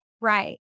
Right